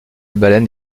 baleine